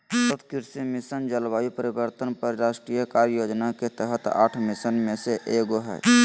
सतत कृषि मिशन, जलवायु परिवर्तन पर राष्ट्रीय कार्य योजना के तहत आठ मिशन में से एगो हइ